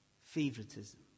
favoritism